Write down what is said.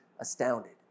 astounded